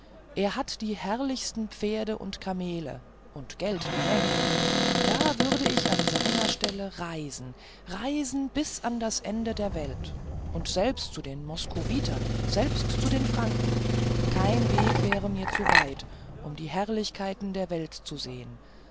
er hat die herrlichsten pferde und kamele und geld die menge da würde ich an seiner stelle reisen reisen bis an der welt ende und selbst zu den moskowitern selbst zu den franken kein weg wäre mir zu weit um die herrlichkeiten der welt zu sehen